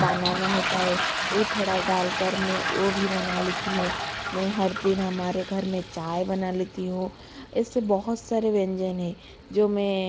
बनाना होता है वो थोड़ा डाल कर मैं वो भी बना लेती हूँ मैं हर दिन हमारे घर में चाय बना लेती हूँ ऐसे बहुत सारे व्यंजन हैं जो मैं